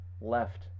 left